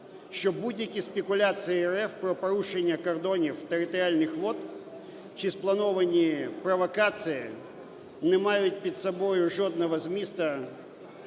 що будь-які спекуляції РФ про порушення кордонів територіальних вод чи сплановані провокації не мають під собою жодного змісту,